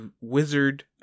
wizard